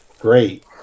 great